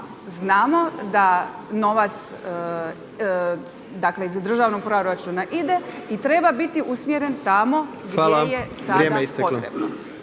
znamo da novac dakle iz državnog proračuna ide i treba biti usmjeren tamo gdje je sada potrebno.